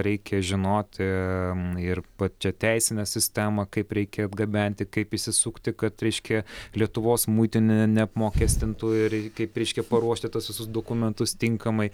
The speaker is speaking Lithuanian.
reikia žinoti ir pačią teisinę sistemą kaip reikia atgabenti kaip išsisukti kad reiškia lietuvos muitinė neapmokestintų ir kaip reiškia paruošti tuos visus dokumentus tinkamai